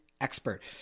expert